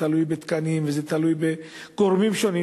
תלויה בתקנים ותלויה בגורמים שונים,